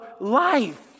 life